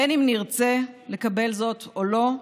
בין שנרצה לקבל זאת ובין שלא,